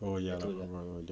oh ya all that